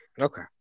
Okay